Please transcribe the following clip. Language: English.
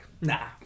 nah